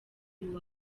uwa